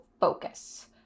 focus